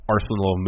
Arsenal